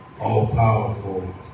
all-powerful